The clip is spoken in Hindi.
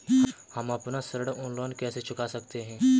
हम अपना ऋण ऑनलाइन कैसे चुका सकते हैं?